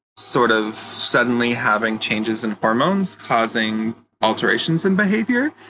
sort of, suddenly having changes in hormones, causing alterations in behavior.